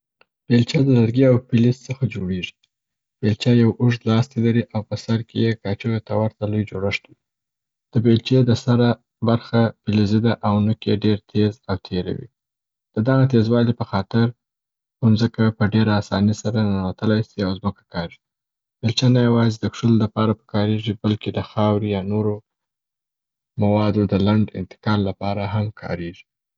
بیلچه د لرګي او پیلیز څخه جوړیږي. بیلچه یو اوږد لاستي لري او په سر کې یې کاچوغي ته ورته لوی جوړښت وي. د بیلچې د سره برخه پلیزي ده او نوک یې ډېر تیز او تیره وي. د دغه تیزوالي په خاطره په مځکه ډېره په اساني سره ننوتلای سي او ځمکه کاږي. بیلچه نه یوازي د کښلو د پاره کاریږي، بلکي د خاوري یا نورو موادو د لنډ انتقال لپاره هم کاریږي.